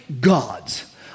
gods